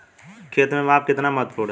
खेत में माप कितना महत्वपूर्ण है?